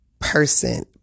person